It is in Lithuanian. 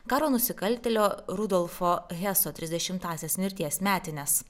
karo nusikaltėlio rudolfo heso trisdešimtąsias mirties metines